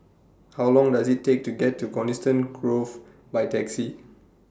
How Long Does IT Take to get to Coniston Grove By Taxi